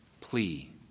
plea